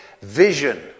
vision